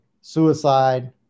suicide